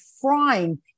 frying